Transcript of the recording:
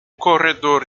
corredor